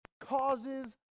causes